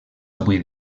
avui